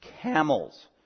Camels